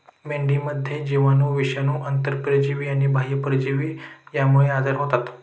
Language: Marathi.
मेंढीमध्ये जीवाणू, विषाणू, आंतरपरजीवी आणि बाह्य परजीवी यांमुळे आजार होतात